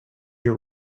your